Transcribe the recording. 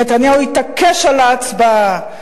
נתניהו התעקש על ההצבעה.